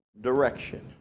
direction